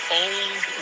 old